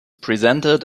presented